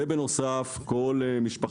ובנוסף כל משק